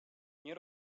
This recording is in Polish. nie